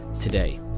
today